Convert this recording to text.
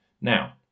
Now